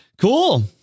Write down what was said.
Cool